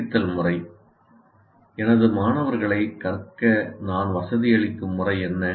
கற்பித்தல் முறை எனது மாணவர்களைக் கற்க நான் வசதியளிக்கும் முறை என்ன